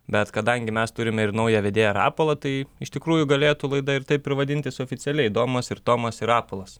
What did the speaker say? bet kadangi mes turime ir naują vedėją rapolą tai iš tikrųjų galėtų laida ir taip ir vadintis oficialiai domas ir tomas ir rapolas